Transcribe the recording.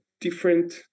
different